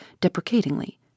deprecatingly